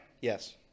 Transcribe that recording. Yes